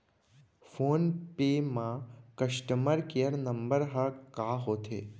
Phone पे म customer care number ह का होथे?